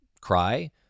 cry